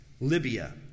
Libya